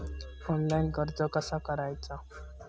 Online कर्ज कसा करायचा?